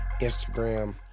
Instagram